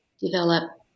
develop